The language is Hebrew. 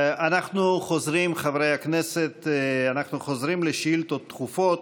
אנחנו חוזרים, חברי הכנסת, לשאילתות דחופות.